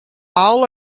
all